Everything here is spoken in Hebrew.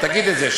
תגיד את זה,